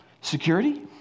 security